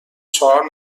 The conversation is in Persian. چهار